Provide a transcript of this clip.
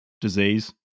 disease